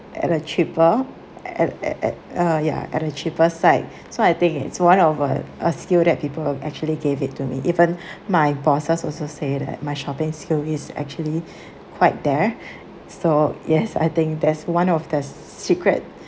at a cheaper at at at uh yeah at a cheaper side so I think it's one of a a skill that people actually gave it to me even my bosses also say that my shopping skill is actually quite there so yes I think that's one of the secret